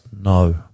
No